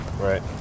Right